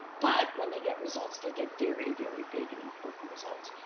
but, when they get results, they get very, very big and important results.